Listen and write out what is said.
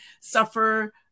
suffer